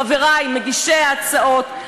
חברי מגישי ההצעות,